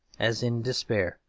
as in despair,